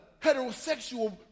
heterosexual